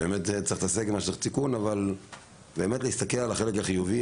אבל צריך להסתכל גם על החלק החיובי.